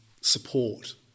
support